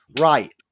right